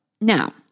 now